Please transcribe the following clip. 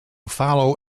follow